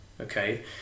okay